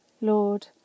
Lord